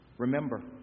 Remember